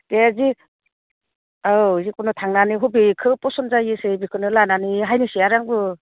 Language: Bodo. दे जि औ जिखुनु थांनानै बबेखौ पसन्द जायोसै बेखौनो लानानै फैनोसै आरो आंबो